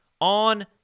on